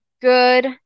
good